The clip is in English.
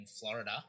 Florida